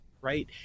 right